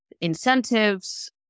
incentives